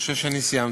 חושב שאני סיימתי.